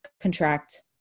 contract